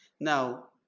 Now